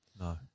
No